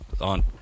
on